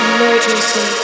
Emergency